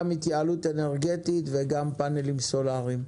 גם התייעלות אנרגטית וגם פאנלים סולאריים.